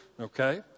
okay